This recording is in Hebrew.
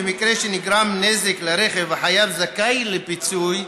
במקרה שנגרם נזק לרכב החייב הזכאי לפיצוי,